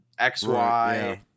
xy